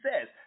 says